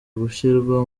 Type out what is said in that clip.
gushyirwa